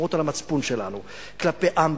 שומרות על המצפון שלנו כלפי עם ועולם.